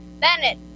Bennett